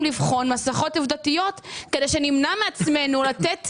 לבחון מסכות עובדתיות כדי שנמנע מעצמנו לתת